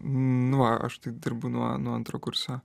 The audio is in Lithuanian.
nu va aš taip dirbu nuo nuo antro kurso